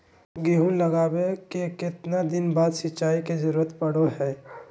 गेहूं लगावे के कितना दिन बाद सिंचाई के जरूरत पड़ो है?